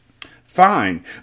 Fine